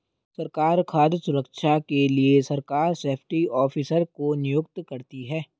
सरकार खाद्य सुरक्षा के लिए सरकार सेफ्टी ऑफिसर को नियुक्त करती है